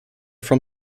from